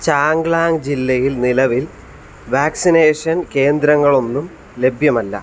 ചാംഗ്ലാങ് ജില്ലയിൽ നിലവിൽ വാക്സിനേഷൻ കേന്ദ്രങ്ങളൊന്നും ലഭ്യമല്ല